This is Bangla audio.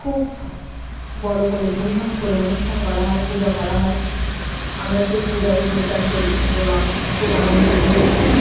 খুব বড়ো করে ধুমধাম করে অনুষ্ঠান করা হয় পূজা করা হয় আমরা সেই পূজায় যোগদান করি এবং খুব আনন্দ উপভোগ করি